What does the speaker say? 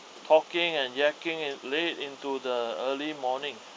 talking and yakking and late into the early morning